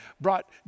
brought